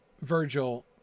Virgil